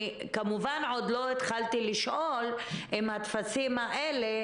אני כמובן עוד לא התחלתי לשאול אם הטפסים האלה,